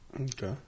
Okay